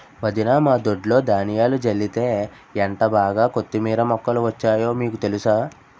వదినా మా దొడ్లో ధనియాలు జల్లితే ఎంటబాగా కొత్తిమీర మొక్కలు వచ్చాయో మీకు తెలుసా?